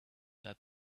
that